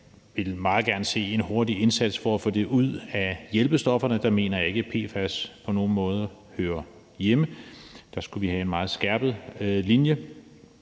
Jeg vil meget gerne se en hurtig indsats for at få det ud af hjælpestofferne, og der mener jeg ikke, at PFAS på nogen måder hører hjemme. Der skulle vi have en mere skærpet linje